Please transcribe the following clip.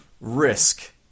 Risk